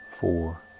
four